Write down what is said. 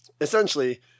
Essentially